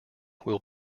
will